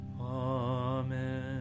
Amen